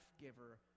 giver